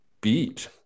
beat